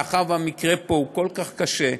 מאחר שהמקרה פה כל כך קשה,